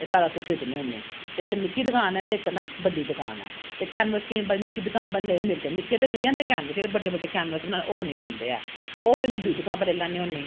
एह् सारा उत्थूं खरीदनी होन्नीं ते इक निक्की दकान ऐ ते इक ना बड्डी दकान ऐ ते कैनवस केईं बारी निक्की दकान पर नेईं मिलदे निक्के ते मिली जंदे कैनवस जेह्ड़े बड्डे बड्डे कैनवस न ओह् नेईं मिलदे है ओह् फिर में दूई दकान उप्परा लेई लैन्नी होन्नीं